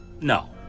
No